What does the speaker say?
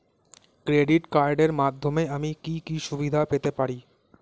Credit কার্ডের মাধ্যমে আমি কি কি সুবিধা পেতে পারি?